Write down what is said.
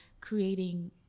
creating